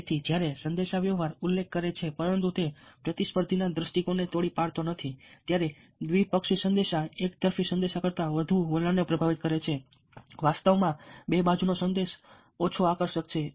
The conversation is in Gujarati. તેથી જ્યારે સંદેશાવ્યવહાર ઉલ્લેખ કરે છે પરંતુ તે પ્રતિસ્પર્ધીના દૃષ્ટિકોણને તોડી પાડતો નથી ત્યારે દ્વિ પક્ષીય સંદેશા એકતરફી સંદેશાઓ કરતાં વધુ વલણને પ્રભાવિત કરે છે વાસ્તવમાં બે બાજુનો સંદેશ ઓછો આકર્ષક છે